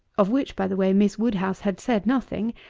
of which, by the way, miss woodhouse had said nothing,